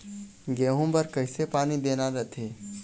गेहूं बर कइसे पानी देना रथे?